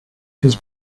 his